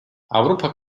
avrupa